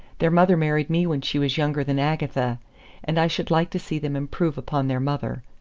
their mother married me when she was younger than agatha and i should like to see them improve upon their mother!